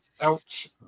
ouch